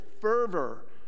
fervor